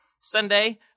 Sunday